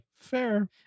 fair